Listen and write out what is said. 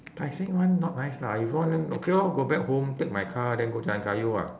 tai seng one not nice lah if you want then okay lor go back home take my car then go jalan kayu ah